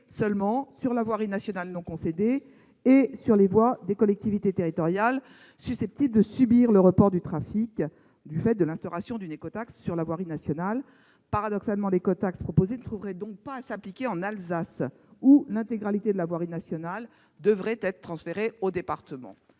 seulement sur la voirie nationale non concédée et sur les voies des collectivités territoriales susceptibles de subir un report de trafic du fait de l'instauration d'une écotaxe sur la voirie nationale. Paradoxalement, l'écotaxe proposée ne trouverait donc pas à s'appliquer en Alsace, où l'intégralité de la voirie nationale devrait être transférée au département.